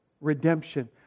redemption